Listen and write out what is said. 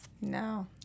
No